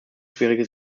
schwierige